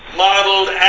modeled